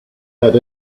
had